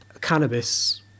cannabis